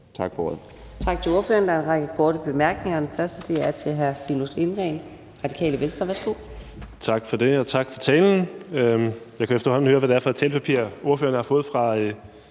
Tak for ordet.